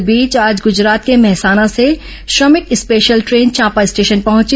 इस बीच आज गुजरात के मेहसाना से श्रमिक स्पेशल ट्रेन चांपा स्टेशन पहुंची